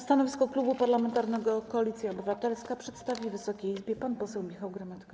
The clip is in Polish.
Stanowisko Klubu Parlamentarnego Koalicja Obywatelska przedstawi Wysokiej Izbie pan poseł Michał Gramatyka.